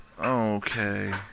Okay